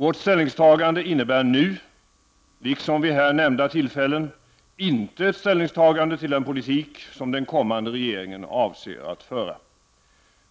Vårt ställningstagande innebär nu, liksom vid här nämnda tillfällen, inte ett ställningstagande till den politik som den kommande regeringen avser att föra.